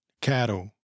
cattle